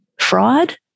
fraud